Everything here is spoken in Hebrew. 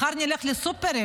מחר נלך לסופרים,